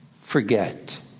forget